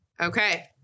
Okay